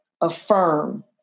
affirm